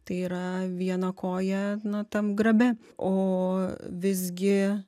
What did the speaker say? tai yra viena koja na tam grabe o visgi